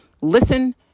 Listen